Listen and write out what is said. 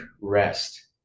rest